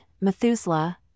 Methuselah